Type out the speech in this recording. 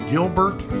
Gilbert